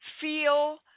feel